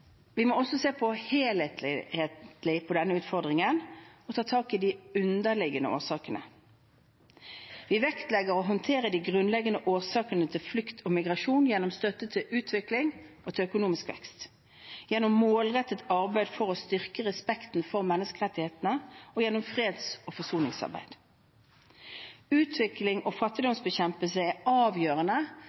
Vi må også se helhetlig på denne utfordringen og ta tak i de underliggende årsakene. Vi vektlegger å håndtere de grunnleggende årsakene til flukt og migrasjon gjennom støtte til utvikling og til økonomisk vekst, gjennom målrettet arbeid for å styrke respekten for menneskerettighetene og gjennom freds- og forsoningsarbeid. Utvikling og fattigdomsbekjempelse er avgjørende